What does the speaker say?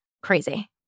crazy